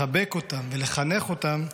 לחבק אותם ולחנך אותם,